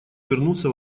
вернуться